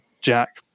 jack